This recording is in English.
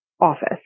office